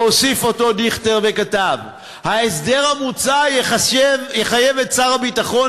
והוסיף אותו דיכטר וכתב: "ההסדר המוצע יחייב את שר הביטחון